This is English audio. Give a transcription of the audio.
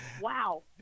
Wow